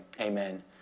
Amen